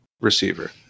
receiver